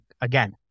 again